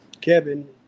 Kevin